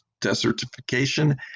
desertification